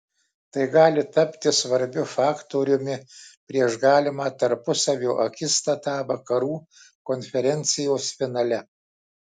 tai gali tapti svarbiu faktoriumi prieš galimą tarpusavio akistatą vakarų konferencijos finale